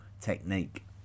technique